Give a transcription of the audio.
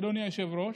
אדוני היושב-ראש,